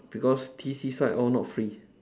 because T_C side all not free